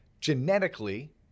genetically